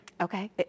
Okay